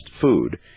food